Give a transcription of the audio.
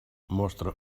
mostra